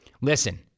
Listen